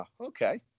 Okay